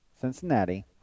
Cincinnati